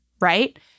right